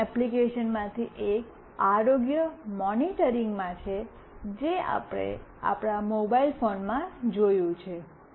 burning એપ્લિકેશનમાંથી એક આરોગ્ય મોનિટરિંગમાં છે જે આપણે આપણા મોબાઇલ ફોનમાં જોયું છે